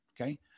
Okay